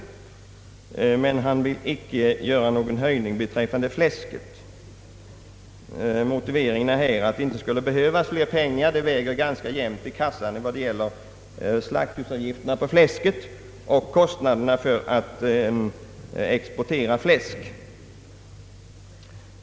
Men han vill inte göra någon höjning beträffande fläsket. Motiveringen är här att det inte skulle behövas mera pengar, enär det väger ganska jämnt i kassan beträf fande slaktdjursavgifterna på fläsket och kostnaderna för att exportera fläsk.